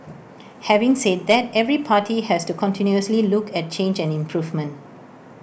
having said that every party has to continuously look at change and improvement